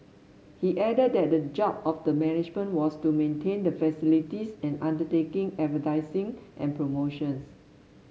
he added that the job of the management was to maintain the facilities and undertake advertising and promotions